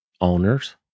owners